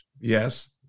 Yes